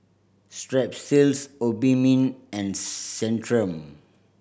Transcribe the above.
Strepsils Obimin and Centrum